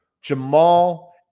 Jamal